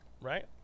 Right